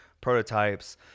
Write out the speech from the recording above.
prototypes